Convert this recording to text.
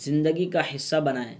زندگی کا حصہ بنائیں